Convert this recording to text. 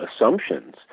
assumptions